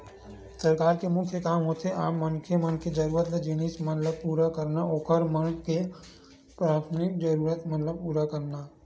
सरकार के मुख्य काम होथे आम मनखे मन के जरुरत के जिनिस मन ल पुरा करना, ओखर मन के पराथमिक जरुरत मन ल पुरा करना